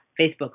Facebook